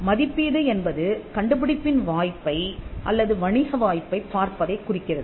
மதிப்பீடு என்பது கண்டுபிடிப்பின் வாய்ப்பை அல்லது வணிக வாய்ப்பைப் பார்ப்பதைக் குறிக்கிறது